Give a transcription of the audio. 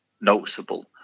noticeable